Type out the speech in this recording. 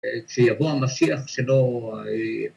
‫כשיבוא המשיח שלא...